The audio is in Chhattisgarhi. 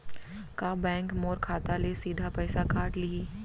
का बैंक मोर खाता ले सीधा पइसा काट लिही?